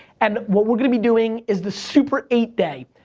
and what we're gonna be doing is the super eight day.